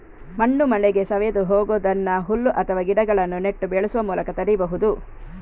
ಮಣ್ಣು ಮಳೆಗೆ ಸವೆದು ಹೋಗುದನ್ನ ಹುಲ್ಲು ಅಥವಾ ಗಿಡಗಳನ್ನ ನೆಟ್ಟು ಬೆಳೆಸುವ ಮೂಲಕ ತಡೀಬಹುದು